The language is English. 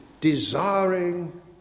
desiring